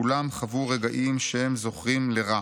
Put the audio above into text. כולם חוו רגעים שהם זוכרים לרע.